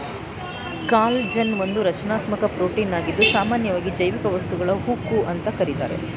collagen ಒಂದು ರಚನಾತ್ಮಕ ಪ್ರೋಟೀನಾಗಿದ್ದು ಸಾಮನ್ಯವಾಗಿ ಜೈವಿಕ ವಸ್ತುಗಳ ಉಕ್ಕು ಅಂತ ಕರೀತಾರೆ